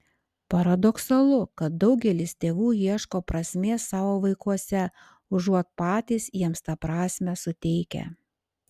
paradoksalu kad daugelis tėvų ieško prasmės savo vaikuose užuot patys jiems tą prasmę suteikę